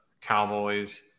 Cowboys